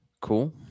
Cool